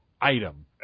item